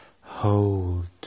Hold